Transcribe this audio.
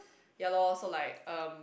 ya loh so like um